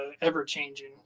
ever-changing